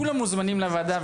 כולם מוזמנים לוועדה,